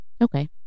Okay